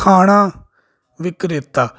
ਖਾਣਾ ਵਿਕਰੇਤਾ